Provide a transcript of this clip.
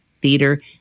Theater